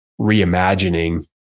reimagining